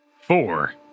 Four